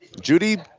Judy